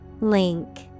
Link